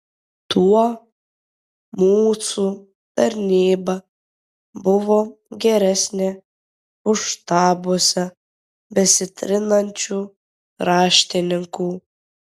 tuo mūsų tarnyba buvo geresnė už štabuose besitrinančių raštininkų